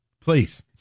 please